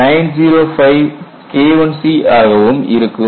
905 KIC ஆகவும் இருக்கும்